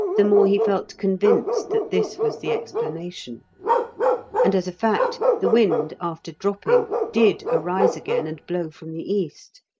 the more he felt convinced that this was the explanation and, as a fact, the wind, after dropping, did arise again and blow from the east,